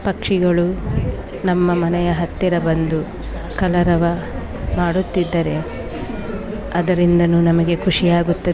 ಪಕ್ಷಿಗಳು ನಮ್ಮ ಮನೆಯ ಹತ್ತಿರ ಬಂದು ಕಲರವ ಮಾಡುತ್ತಿದ್ದರೆ ಅದರಿಂದಲು ನಮಗೆ ಖುಷಿಯಾಗುತ್ತದೆ